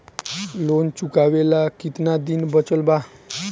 Loan चुकावे ला कितना दिन बचल बा?